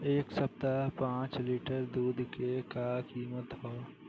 एह सप्ताह पाँच लीटर दुध के का किमत ह?